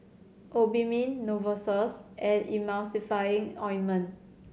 Obimin Novosource and Emulsying Ointment